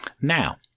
now